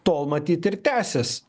tol matyt ir tęsis